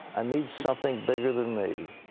i need something bigger than me.